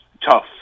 tough